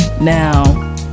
now